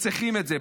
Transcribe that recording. -- שצריכים את זה.